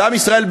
ועם ישראל,